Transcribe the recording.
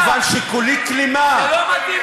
מכיוון שכולי כלימה, זה לא מתאים לך.